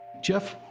jeff,